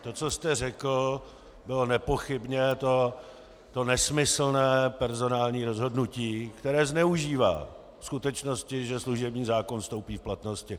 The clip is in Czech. To, co jste řekl, bylo nepochybně nesmyslné personální rozhodnutí, které zneužívá skutečnosti, že služební zákon vstoupí v platnost.